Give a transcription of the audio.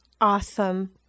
Awesome